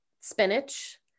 spinach